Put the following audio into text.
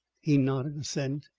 he nodded assent.